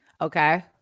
Okay